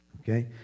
okay